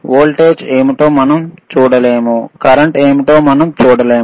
voltage ఏమిటో మనం చూడలేము కరెంట్ ఏమిటో మనం చూడలేము